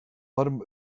arm